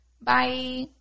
Bye